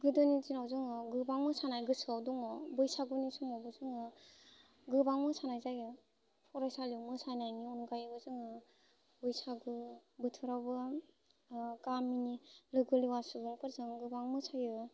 गोदोनि दिनाव जोङो गोबां मोसानाय गोसोआव दङ बैसागुनि समावबो जोङो गोबां मोसानाय जायो फरायसालियाव मोसानायनि अनगायैबो जोङो बैसागु बोथोरावबो गामिनि लोगो लेवा सुबुंफोरजों गोबां मोसायो